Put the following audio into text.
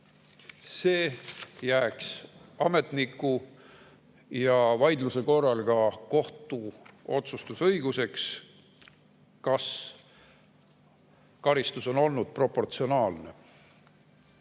See jääks ametniku ja vaidluse korral ka kohtu otsustusõiguseks, kas karistus on olnud proportsionaalne. Aga